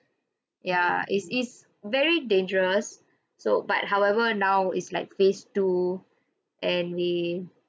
ya it's it's very dangerous so but however now is like phase two and they